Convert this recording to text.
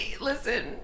listen